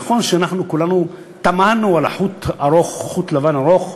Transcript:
נכון שאנחנו כולנו תמהנו על החוט הלבן הארוך,